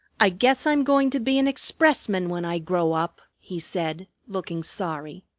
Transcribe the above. i guess i'm going to be an expressman when i grow up he said, looking sorry.